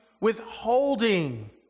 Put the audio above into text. withholding